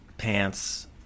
pants